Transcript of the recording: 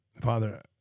Father